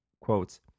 quotes